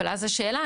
אבל אז השאלה,